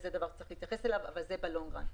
אבל זה בעתיד.